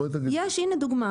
בואי תגידי לי הנה דוגמה,